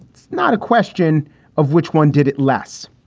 it's not a question of which one did it less.